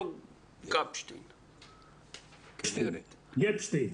תודה רבה,